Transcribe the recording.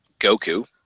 Goku